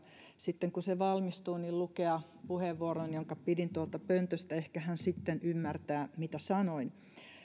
sitten kun se valmistuu lukea puheenvuoron jonka pidin tuolta pöntöstä ehkä hän sitten ymmärtää mitä sanoin